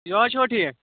یہَے چھُوا ٹھیٖک